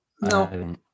no